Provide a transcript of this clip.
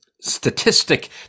statistic